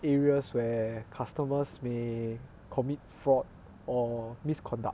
areas where customers may commit fraud or misconduct